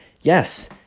Yes